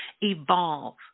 evolve